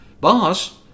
boss